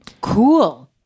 Cool